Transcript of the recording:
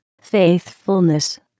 faithfulness